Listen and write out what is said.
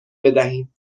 بدهیم